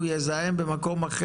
במה היא חוסמת?